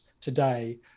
today